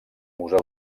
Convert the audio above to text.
museu